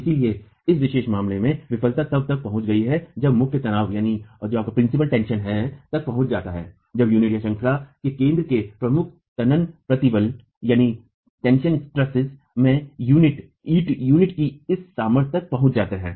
इसलिए इस विशेष मामले में विफलता तब तक पहुंच गई है जब मुख्य तनाव तब पहुंच जाता है जब यूनिटश्रंखला के केंद्र में प्रमुख तनन प्रतिबल में ईट यूनिटश्रंखला की इस सामर्थ्य तक पहुंच जाता है